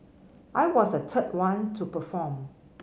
I was the third one to perform